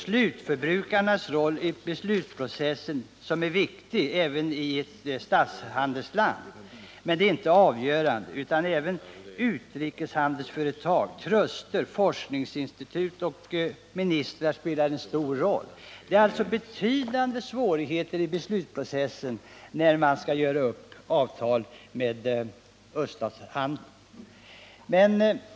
Slutförbrukarnas roll i beslutsprocessen är viktig även i ett statshandelsland. Men den är inte avgörande, utan även utrikeshandelsföretag, truster, forskningsinstitut och ministrar spelar en stor roll. Det är alltså betydande svårigheter i beslutsprocessen när man skall göra upp avtal med öststaterna.